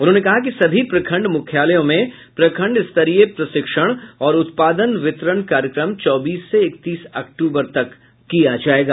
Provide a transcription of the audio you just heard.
उन्होंने कहा कि सभी प्रखंड मुख्यालयों में प्रखंड स्तरीय प्रशिक्षण और उत्पादन वितरण कार्यक्रम चौबीस से इकतीस अक्टूबर तक किया जायेगा